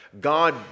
God